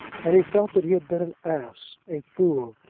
and he felt that he had been an ass, a fool,